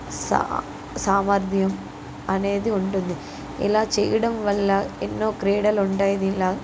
సా సామర్థ్యం అనేది ఉంటుంది ఇలా చేయడంవల్ల ఎన్నో క్రీడలు ఉంటాయి దీనిలో